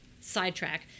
sidetrack